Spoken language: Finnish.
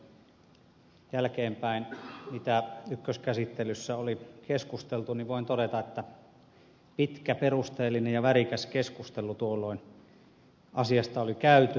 kun katsoin jälkeenpäin mitä ykköskäsittelyssä oli keskusteltu niin voin todeta että pitkä perusteellinen ja värikäs keskustelu tuolloin asiasta oli käyty